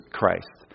Christ